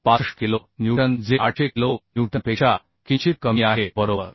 65 kilo newton जे 800 kilo न्यूटनपेक्षा किंचित कमी आहे बरोबर